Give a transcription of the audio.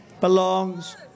belongs